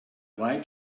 why